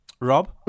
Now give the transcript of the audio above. Rob